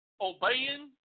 obeying